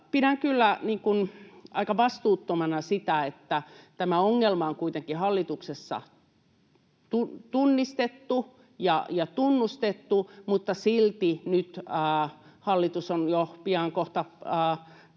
pidän kyllä aika vastuuttomana sitä, että tämä ongelma on kuitenkin hallituksessa tunnistettu ja tunnustettu, mutta silti hallitus on nyt jo pian kohta